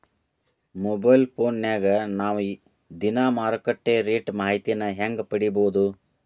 Mobile ಫೋನ್ಯಾಗ ನಾವ್ ದಿನಾ ಮಾರುಕಟ್ಟೆ ರೇಟ್ ಮಾಹಿತಿನ ಹೆಂಗ್ ಪಡಿಬೋದು?